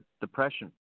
depression